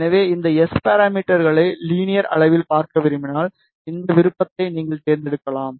எனவே இந்த எஸ் பாராமீட்டர்களை லீனியர் அளவில் பார்க்க விரும்பினால் இந்த விருப்பத்தை நீங்கள் தேர்ந்தெடுக்கலாம்